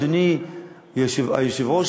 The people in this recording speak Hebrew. אדוני היושב-ראש,